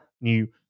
New